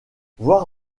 voir